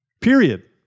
Period